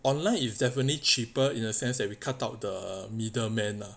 online is definitely cheaper in a sense that we cut out the middleman lah